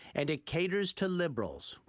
and it caters to liberals.